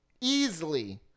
easily